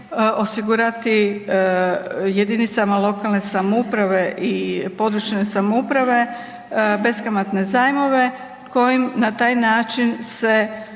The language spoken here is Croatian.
osigurati jedinicama lokalne samouprave i područne samouprave beskamatne zajmove kojim na taj način se